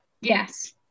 Yes